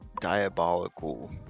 diabolical